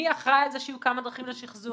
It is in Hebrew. מי אחראי על זה שיהיו כמה דרכים לשחזור,